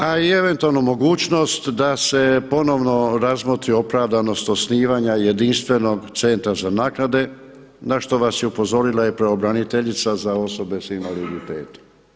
A i eventualno mogućnost da se ponovno razmotri opravdanost osnivanja jedinstvenog centra za naknade na što vas je upozorila i pravobraniteljica za osobe s invaliditetom.